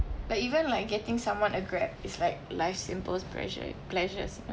like even like getting someone a Grab is like life's simple pressure pleasures